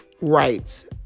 rights